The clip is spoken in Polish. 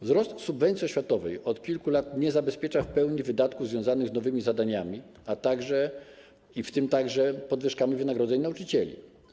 Wzrost subwencji oświatowej od kilku lat nie zabezpiecza w pełni wydatków związanych z nowymi zadaniami, w tym także podwyżkami wynagrodzeń nauczycieli.